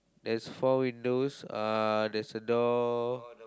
there's four windows uh there's a door